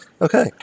Okay